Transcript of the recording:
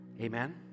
Amen